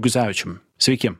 guzevičium sveiki